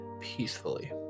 Peacefully